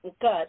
Good